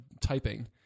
typing